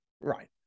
Right